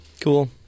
Cool